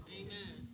amen